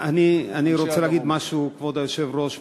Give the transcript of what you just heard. כבוד היושב-ראש,